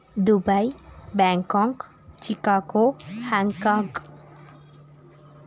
Dubai Bangkok Chicago Hong Kong